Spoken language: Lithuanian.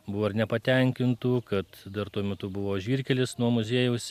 buvo ir nepatenkintų kad dar tuo metu buvo žvyrkelis nuo muziejaus